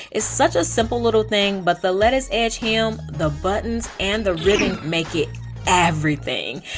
it's such a simple little thing, but the lettuce edge hem, the buttons, and the ribbing make it everything.